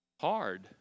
hard